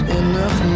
enough